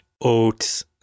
Oats